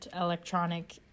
electronic